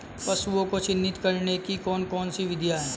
पशुओं को चिन्हित करने की कौन कौन सी विधियां हैं?